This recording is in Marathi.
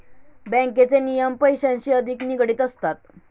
बँकेचे नियम पैशांशी अधिक निगडित असतात